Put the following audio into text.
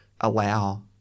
allow